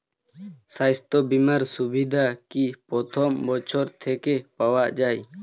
স্বাস্থ্য বীমার সুবিধা কি প্রথম বছর থেকে পাওয়া যায়?